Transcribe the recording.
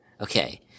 Okay